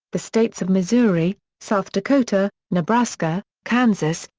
the states of missouri, south dakota, nebraska, kansas,